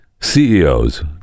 CEOs